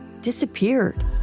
disappeared